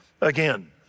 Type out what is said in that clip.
again